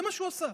זה מה שהוא עשה.